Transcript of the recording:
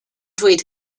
dweud